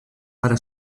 para